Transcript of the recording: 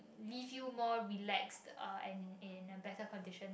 leave you more relaxed uh and in a better condition